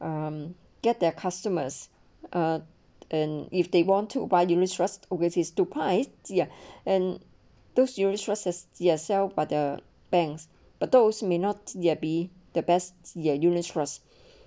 um get their customers ah and if they want to buy unit trusts overseas to buy ya and those unit trusts yourself by the banks but those may not be the best ya unit trusts